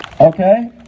Okay